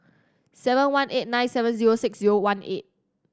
seven one eight nine seven zero six zero one eight